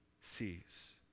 sees